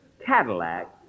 Cadillac